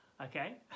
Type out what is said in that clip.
Okay